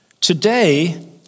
today